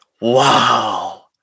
Wow